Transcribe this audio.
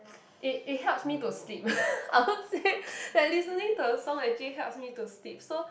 it it helps me to sleep I would say that listening to her song actually helps me to sleep so